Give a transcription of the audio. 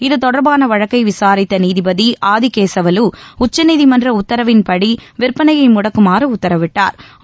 இதுதொடர்பான வழக்கை விளாித்த நீதிபதி ஆதிகேசவலு உச்சநீதிமன்ற உத்தரவின்படி விற்பனையை முடக்குமாறு உத்தரவிட்டாா்